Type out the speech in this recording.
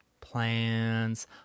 plans